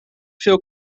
veel